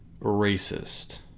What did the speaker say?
racist